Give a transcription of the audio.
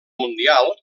mundial